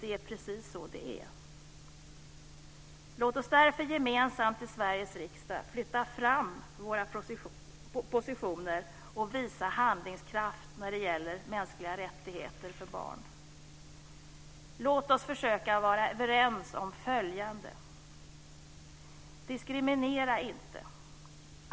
Det är precis så det är. Låt oss därför gemensamt i Sveriges riksdag flytta fram våra positioner och visa handlingskraft när det gäller mänskliga rättigheter för barn. Låt oss försöka vara överens om följande. Diskriminera inte.